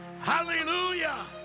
Hallelujah